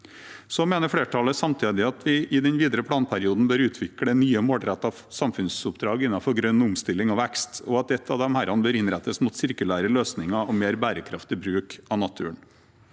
mener samtidig at vi i den videre planperioden bør utvikle nye og målrettede samfunnsoppdrag innenfor grønn omstilling og vekst, og at ett av disse bør innrettes mot sirkulære løsninger og mer bærekraftig bruk av naturen